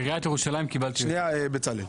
חברים,